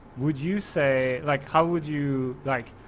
would you say, like how would you, like,